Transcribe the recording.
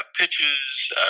pitches